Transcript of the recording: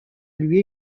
lui